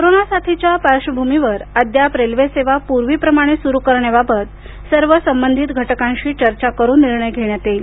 corona साथीच्या पार्श्वभूमीवर अद्याप रेल्वे सेवा पूर्वीप्रमाणे सुरू करण्याबाबत सर्व संबधित घटकांशी चर्चा करून निर्णय घेण्यात येईल